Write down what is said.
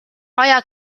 aja